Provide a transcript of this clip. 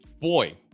boy